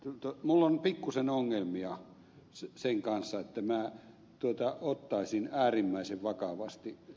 minulla on pikkuisen ongelmia sen kanssa että minä ottaisin äärimmäisen vakavasti ed